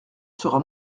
sera